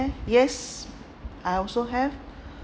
yes I also have